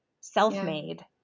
self-made